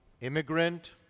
immigrant